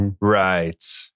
right